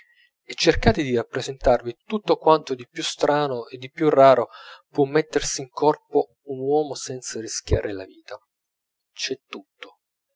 e cercate di rappresentarvi tutto quanto di più strano e di più raro può mettersi in corpo un uomo senza rischiare la vita c'è tutto